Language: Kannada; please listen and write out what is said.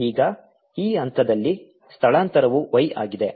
ಈಗ ಈ ಹಂತದಲ್ಲಿ ಸ್ಥಳಾಂತರವು y ಆಗಿದೆ